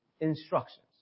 instructions